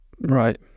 Right